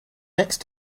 next